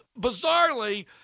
Bizarrely